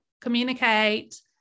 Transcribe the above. communicate